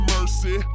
Mercy